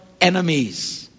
enemies